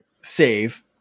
save